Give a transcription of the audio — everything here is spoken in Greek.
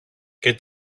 και